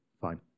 Fine